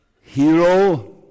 hero